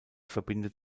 verbindet